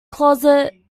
closet